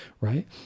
right